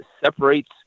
separates